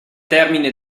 termine